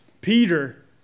Peter